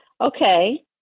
okay